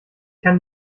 kann